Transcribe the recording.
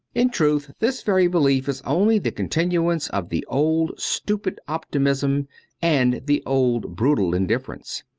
in truth, this very belief is only the continuance of the old stupid optimism and the old brutal indifference.